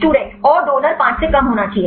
student और donor 5 से कम होना चाहिए